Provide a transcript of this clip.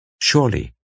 Surely